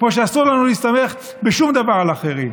כמו שאסור לנו להסתמך בשום דבר על אחרים.